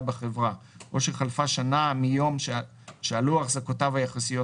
בחברה או שחלפה שנה מיום שעלו החזקותיו היחסיות,